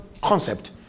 concept